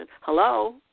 hello